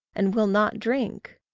and will not drink!